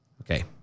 okay